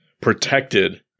protected